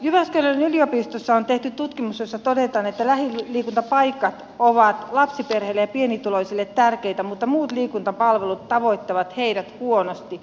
jyväskylän yliopistossa on tehty tutkimus jossa todetaan että lähiliikuntapaikat ovat lapsiperheille ja pienituloisille tärkeitä mutta muut liikuntapalvelut tavoittavat heidät huonosti